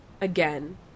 Again